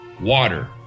Water